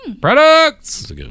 Products